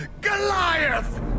Goliath